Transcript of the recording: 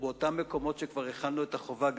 או באותם מקומות שכבר החלנו את החובה,